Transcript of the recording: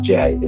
Jay